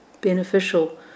beneficial